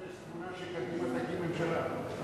תבונה שקדימה תקים ממשלה.